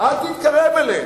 אל תתקרב אליה.